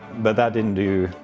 but that didn't do,